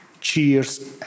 Cheers